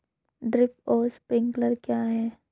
Drip और sprinkler क्या हैं?